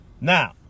Now